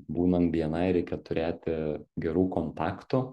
būnant bni reikia turėti gerų kontaktų